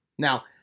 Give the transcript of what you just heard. Now